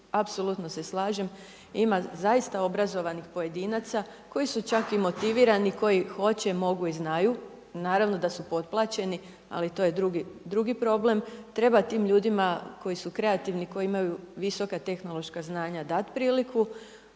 apsolutno se slažem, ima zaista obrazovanih pojedinaca koji čak i motivirani, koji hoće, mogu i znaju. Naravno da su potplaćeni, ali to je drugi problem. Treba tim ljudima koji su kreativni, koji imaju visoka tehnološka znanja dati priliku,